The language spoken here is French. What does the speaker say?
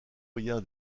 doyen